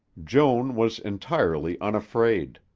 joan was entirely unafraid.